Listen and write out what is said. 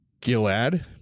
Gilad